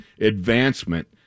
advancement